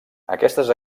aquestes